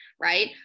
right